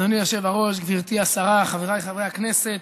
אדוני היושב-ראש, גברתי השרה, חבריי חברי הכנסת,